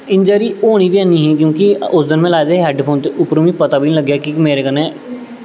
injury होनी बी ऐनी ही क्योंकि उस दिन में लाए दे हे हैड फोन ते उप्परुं मीं पता बी निं लग्गेआ मेरे कन्नै